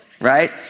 right